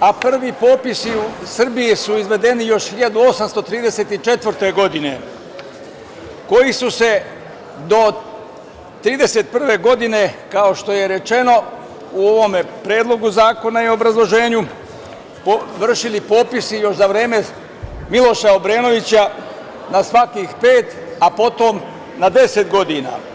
a prvi popisi u Srbiji su izvedeni još 1834. godine, koji su se do 1931. godine, kao što je rečeno u ovome predlogu zakona i u obrazloženju, vršili popisi još za vreme Miloša Obrenovića na svakih pet, a potom na 10 godina.